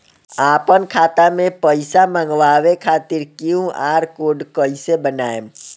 आपन खाता मे पईसा मँगवावे खातिर क्यू.आर कोड कईसे बनाएम?